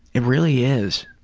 it really is.